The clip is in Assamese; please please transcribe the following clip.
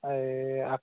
এই